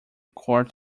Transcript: court